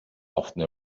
often